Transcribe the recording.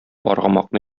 аргамакны